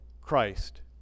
Christ